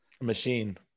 machine